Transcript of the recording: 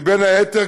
כי בין היתר,